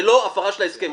זה לא הפרה של ההסכם,